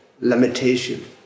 limitation